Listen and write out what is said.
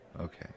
Okay